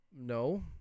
No